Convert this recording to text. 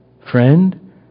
Friend